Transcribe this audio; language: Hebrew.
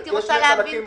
הייתי רוצה להבין.